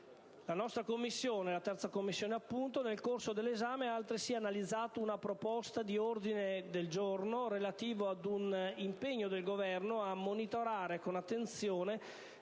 di uscita nelle sale. La Commissione, nel corso dell'esame, ha altresì analizzato una proposta di ordine del giorno relativo ad un impegno del Governo a monitorare con attenzione,